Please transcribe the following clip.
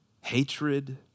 hatred